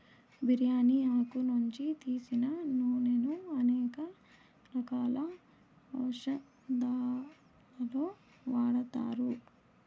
బిర్యాని ఆకు నుంచి తీసిన నూనెను అనేక రకాల ఔషదాలలో వాడతారు